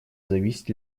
зависеть